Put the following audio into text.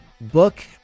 book